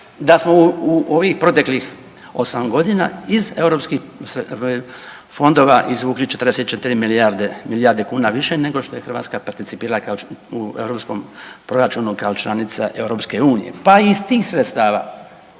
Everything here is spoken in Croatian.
da smo u ovih proteklih 8 godina iz europskih fondova izvukli 44 milijarde kuna više nego što je Hrvatska participirala u europskom proračunu kao članica Europske unije.